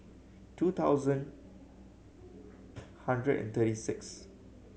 two thousand hundred and thirty six